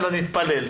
יאללה, נתפלל.